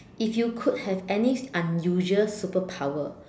if you could have any unusual superpower